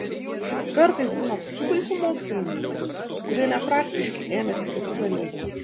kartais būna tokių baisių mokslininkų kurie nepraktiški ėmęsi kitų dalykų